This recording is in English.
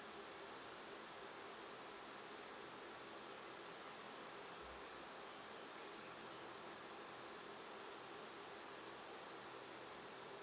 ya